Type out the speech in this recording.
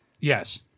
Yes